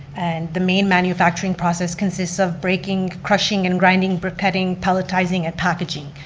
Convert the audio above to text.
and the main manufacturing process consists of breaking, crushing, and grinding, but cutting, pelatizing and packaging.